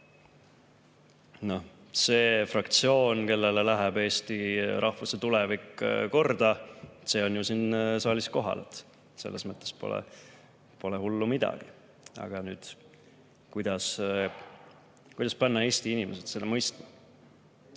See fraktsioon, kellele läheb eesti rahvuse tulevik korda, on siin saalis kohal. Selles mõttes pole hullu midagi. Aga kuidas panna Eesti inimesed mõistma?